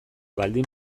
baldin